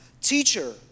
Teacher